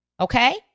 Okay